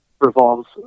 revolves